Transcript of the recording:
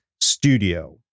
Studio